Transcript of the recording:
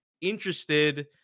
interested